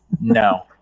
no